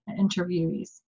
interviewees